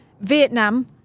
Vietnam